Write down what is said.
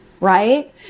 right